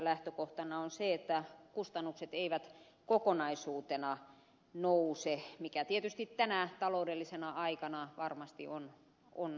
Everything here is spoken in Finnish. lähtökohtana on se että kustannukset eivät kokonaisuutena nouse mikä tietysti tänä taloudellisena aikanaan varmasti on on